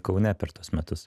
kaune per tuos metus